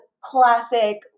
classic